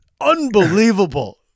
Unbelievable